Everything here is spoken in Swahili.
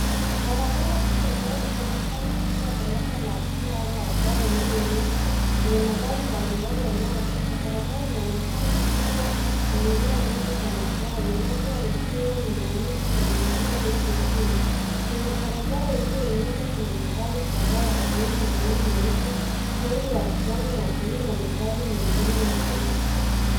Barabara kuu ambayo inaonekana kuwa daraja la juu au ba yanayo pita. Barabara inaonekana iliyoinuka yenye magari mbalimbali yanayo pita. Barabara inaonekana kuwa njia mbili za magari moja ikiwa imeinuka na nyingine iko chini. Kwenye barabara iliyo inuka kuna magari kadhaa ikiwemo malori meupe, Lori la kijani na bluu na magari mengine madogo.